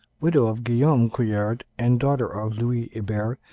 widow of guillaume couillard and daughter of louis hebert,